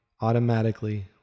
automatically